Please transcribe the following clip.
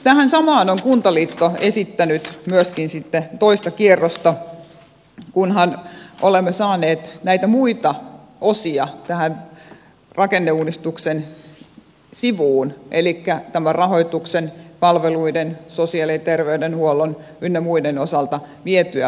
tähän samaan on kuntaliitto esittänyt myöskin sitten toista kierrosta kunhan olemme saaneet näitä muita osia tämän rakenneuudistuksen sivuun elikkä rahoituksen palveluiden sosiaali ja terveydenhuollon ynnä muiden osalta vietyä pätkän eteenpäin